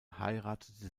heiratete